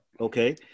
Okay